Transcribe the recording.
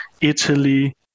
Italy